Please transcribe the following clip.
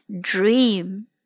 dream